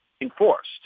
enforced